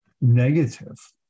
negative